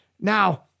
Now